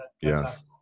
Yes